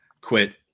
Quit